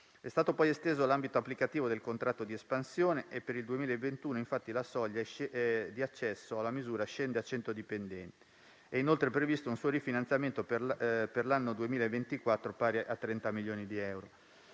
È stato poi esteso l'ambito applicativo del contratto di espansione: per il 2021, infatti, la soglia di accesso alla misura scende a cento dipendenti. È inoltre previsto un suo rifinanziamento per l'anno 2024, pari a 30 milioni di euro.